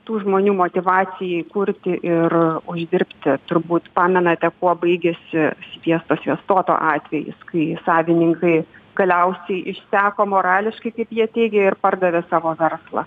tų žmonių motyvacijai kurti ir uždirbti turbūt pamenate kuo baigėsi sviesto sviestuoto atvejis kai savininkai galiausiai išseko morališkai kaip jie teigė ir pardavė savo verslą